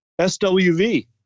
SWV